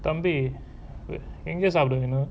தம்பிஎங்கசாப்பிடுவேனோ:thambi enga sappiduveno